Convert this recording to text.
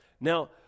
Now